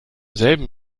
selben